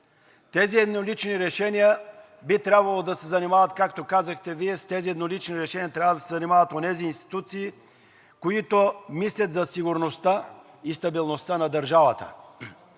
Тези еднолични решения би трябвало да се занимават, както казахте Вие, с тези еднолични решения трябва да се занимават онези институции, които мислят за сигурността и стабилността на държавата.